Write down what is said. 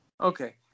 Okay